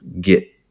get